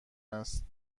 است